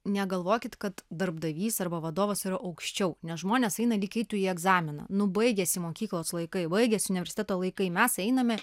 negalvokit kad darbdavys arba vadovas yra aukščiau nes žmonės eina lyg eitų į egzaminą nu baigėsi mokyklos laikai baigėsi universiteto laikai mes einame